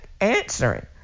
answering